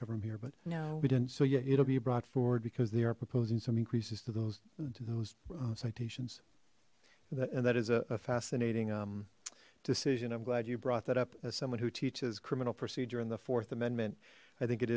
them here but yeah we didn't so yeah it'll be brought forward because they are proposing some increases to those to those citations and that is a fascinating um decision i'm glad you brought that up as someone who teaches criminal procedure in the fourth amendment i think it